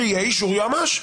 שיהיה אישור יועמ"ש.